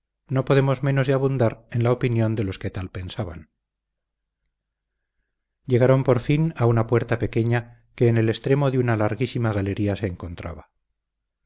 no podemos menos de abundar en la opinión de los que tal pensaban llegaron por fin a una puerta pequeña que en el extremo de una larguísima galería se encontraba